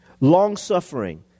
long-suffering